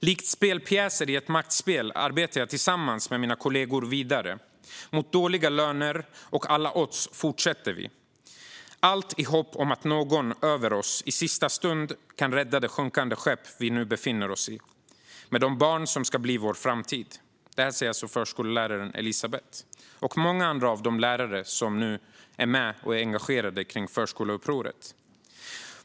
- Likt spelpjäser i ett maktspel arbetar jag tillsammans med mina kollegor vidare. Mot dåliga löner och alla odds fortsätter vi, allt i hopp om att någon över oss i sista stund kan rädda det sjunkande skepp vi befinner oss i. Med de barn som ska bli vår framtid." Många andra av de lärare som nu är engagerade i Förskoleupproret instämmer i detta.